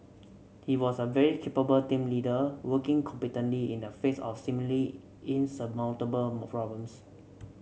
he was a very capable team leader working competently in the face of seemingly insurmountable problems